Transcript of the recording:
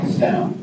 down